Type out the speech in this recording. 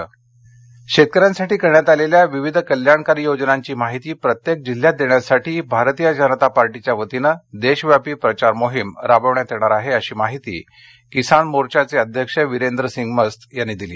भाजप देशव्यापी मोहीम शेतकऱ्यांसाठी करण्यात आलेल्या विविध कल्याणकारी योजनांची माहिती प्रत्येक जिल्ह्यात देण्यासाठी भारतीय जनता पार्टीच्या वतीनं देशव्यापी प्रचार मोहीम राबविण्यात येणार आहे अशी माहिती किसान मोर्चाचे अध्यक्ष विरेन्द्र्सिंग मस्त यांनी दिली